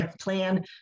plan